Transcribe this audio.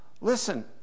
Listen